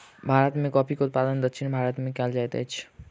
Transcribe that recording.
भारत में कॉफ़ी के उत्पादन दक्षिण भारत में कएल जाइत अछि